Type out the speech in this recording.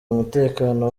umutekano